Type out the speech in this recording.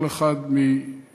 כל אחד מניסיונו,